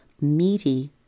meaty